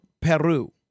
Peru